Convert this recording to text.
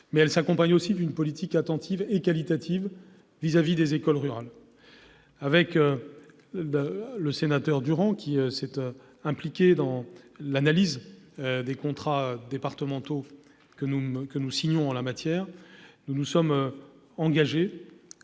elle s'accompagne d'une action attentive et qualitative vis-à-vis des écoles rurales. Avec le sénateur Alain Duran, qui s'est impliqué dans l'analyse des contrats départementaux que nous signons en la matière, je me suis engagé